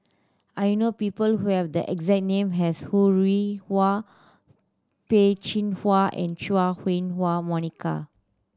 I know people who have the exact name as Ho Rih Hwa Peh Chin Hua and Chua Huwa Monica